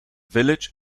village